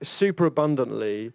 superabundantly